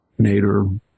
Nader